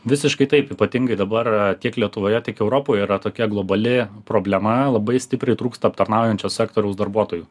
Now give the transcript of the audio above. visiškai taip ypatingai dabar tiek lietuvoje tik europoje yra tokia globali problema labai stipriai trūksta aptarnaujančio sektoriaus darbuotojų